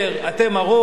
אתם הרוב,